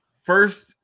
first